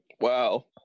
Wow